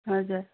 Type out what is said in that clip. हजुर